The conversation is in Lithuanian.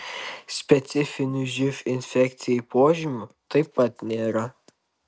specifinių živ infekcijai požymių taip pat nėra